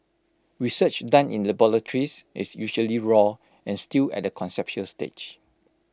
research done in the boratories is usually raw and still at A conceptual stage